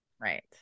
Right